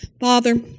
Father